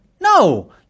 no